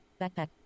Backpack